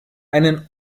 einen